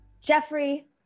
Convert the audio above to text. Jeffrey